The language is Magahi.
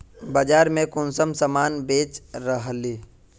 बाजार में कुंसम सामान बेच रहली?